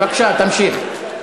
בבקשה, תמשיך.